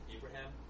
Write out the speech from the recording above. Abraham